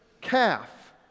calf